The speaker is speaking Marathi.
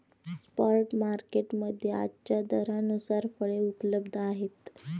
स्पॉट मार्केट मध्ये आजच्या दरानुसार फळे उपलब्ध आहेत